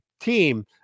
team